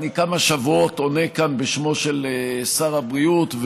אני כמה שבועות עונה כאן בשמו של שר הבריאות.